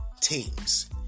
teams